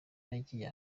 nagiye